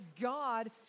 God